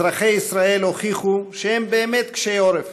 אזרחי ישראל הוכיחו שהם באמת קשי עורף,